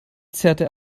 zerrte